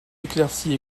éclaircie